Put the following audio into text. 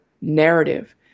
narrative